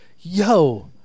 Yo